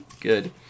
Good